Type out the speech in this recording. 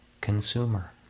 consumer